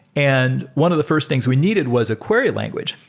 and one of the first things we needed was a query language,